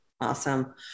Awesome